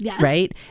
right